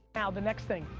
now the next thing,